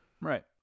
Right